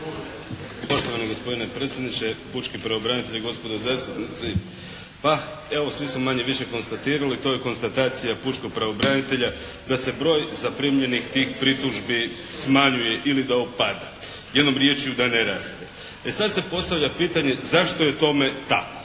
Poštovani gospodine predsjedniče, pučki pravobranitelju, gospodo zastupnici. Pa evo svi smo manje-više konstatirali. To je konstatacija pučkog pravobranitelja da se broj zaprimljenih tih pritužbi smanjuje ili da opada. Jednom riječju da ne raste. E sad se postavlja pitanje zašto je tome tako?